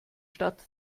stadt